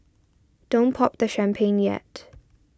don't pop the champagne yet